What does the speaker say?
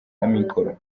amikoro